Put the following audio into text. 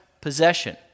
possession